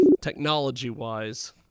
technology-wise